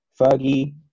Fergie